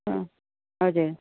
हजुर